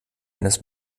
eines